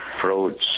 frauds